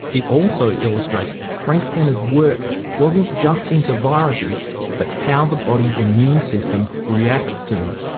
it also illustrates frank fenner's work wasn't just into viruses but how the body's immune system reacts to them.